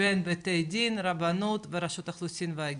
בין בתי דין, רבנות ורשות האוכלוסין וההגירה.